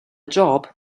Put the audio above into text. job